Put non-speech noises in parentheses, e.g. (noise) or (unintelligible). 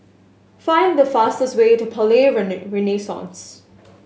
find the fastest way to Palais (unintelligible) Renaissance